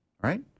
right